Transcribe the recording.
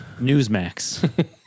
Newsmax